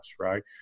right